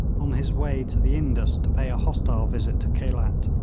on his way to the indus to pay a hostile visit to khelat,